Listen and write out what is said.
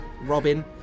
Robin